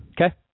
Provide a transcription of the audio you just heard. Okay